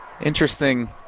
Interesting